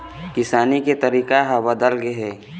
किसानी के तरीका ह बदल गे हे